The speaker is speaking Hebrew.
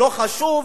לא חשוב,